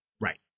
Right